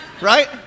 right